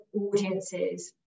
audiences